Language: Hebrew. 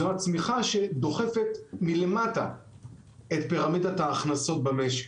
זו הצמיחה שדוחפת מלמטה את פירמידת ההכנסות במשק.